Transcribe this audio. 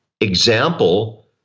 example